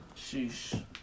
Sheesh